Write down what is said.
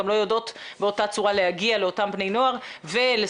גם לא יודעות באותה צורה להגיע לאותם בני נוער ולסייע.